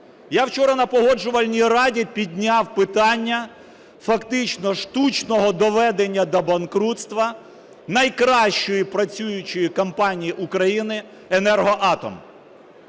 Я вчора на Погоджувальній раді підняв питання фактично штучного доведення до банкрутства найкращої працюючої компанії України "Енергоатом".